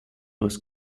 was